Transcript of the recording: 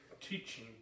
teaching